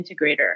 integrator